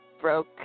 broke